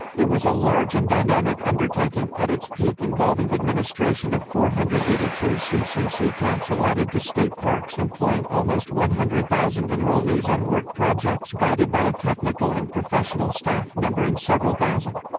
it was a large and dynamic undertaking, at its peak involving administration of four hundred and eighty two ccc camps allotted to state parks employing almost one hundred thousand enrollees on work projects guided by a technical and professional staff numbering several thousand.